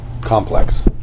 Complex